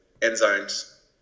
enzymes